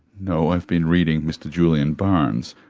no, i've been reading mr julian barnes,